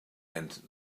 end